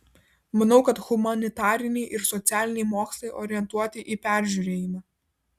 manau kad humanitariniai ir socialiniai mokslai orientuoti į peržiūrėjimą